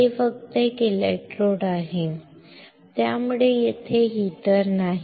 हे फक्त एक इलेक्ट्रोड आहे ठीक आहे त्यामुळे येथे हीटर नाही